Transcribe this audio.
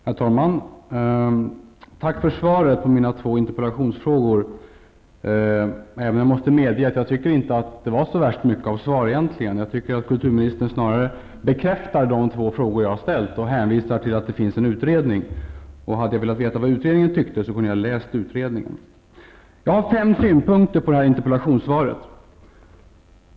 Herr talman! Tack för svaret på interpellationen, även om jag måste medge att det inte var så värst mycket till svar. Jag tycker att kulturministern snarare bekräftar de två frågor som jag har ställt och hänvisar till att det finns en utredning. Om jag hade velat veta vad utredningen ansåg hade jag kunnat läsa utredningen. Jag har fem synpunkter på interpellationssvaret.